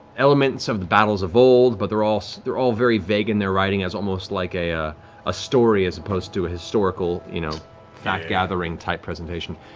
elements of the battles of old, but they're all they're all very vague in their writing as almost like a ah a story as opposed to a historical you know fact-gathering-type presentation.